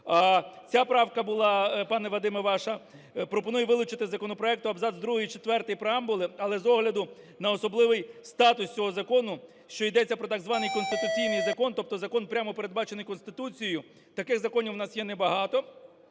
Ця правка була, пане Вадиме, ваша, пропонує вилучити із законопроекту абзац другий і четвертий преамбули. Але, з огляду на особливий статус цього закону, що йдеться про так званий конституційний закон, тобто закон, прямо передбачений Конституцією, таких законів у нас є не багато,